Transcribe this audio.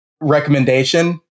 recommendation